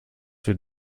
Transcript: wird